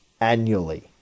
annually